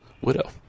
widow